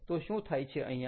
તો શું થાય છે અહીંયા